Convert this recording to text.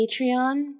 patreon